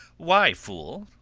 why, fool?